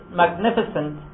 magnificent